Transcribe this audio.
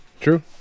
true